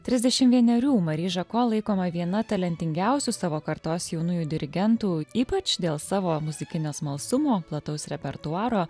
trisdešim vienerių mari žako laikoma viena talentingiausių savo kartos jaunųjų dirigentų ypač dėl savo muzikinio smalsumo plataus repertuaro